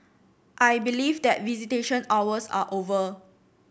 I believe that visitation hours are over